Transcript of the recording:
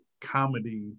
comedy